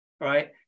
right